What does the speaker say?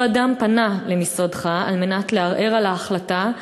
אותו אדם פנה למשרדך על מנת לערער על ההחלטה,